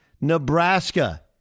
Nebraska